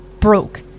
broke